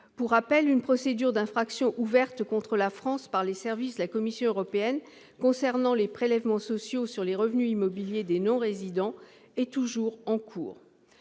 Pour rappel, une procédure d'infraction ouverte contre la France par les services de la Commission européenne concernant les prélèvements sociaux sur les revenus immobiliers des non-résidents est toujours en cours.